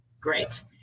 Great